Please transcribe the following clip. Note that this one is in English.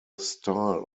style